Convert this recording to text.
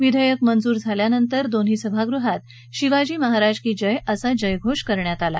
विधेयक मंजूर झाल्यानंतर दोन्ही सभागृहात शिवाजी महाराज की जय असा जयघोष करण्यात आला